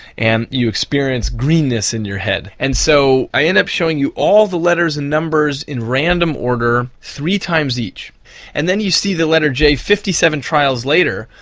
and you experience greenness in your head. head. and so i end up showing you all the letters and numbers in random order three times each and then you see the letter j fifty seven trials later,